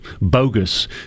bogus